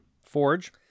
Forge